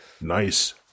Nice